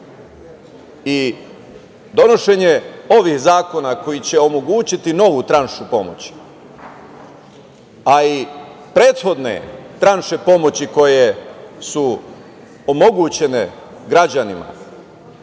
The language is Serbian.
i donošenje ovih zakona, koji će omogućiti novu tranšu pomoći, a i prethodne tranše pomoći koje su omogućene građanima,